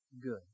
good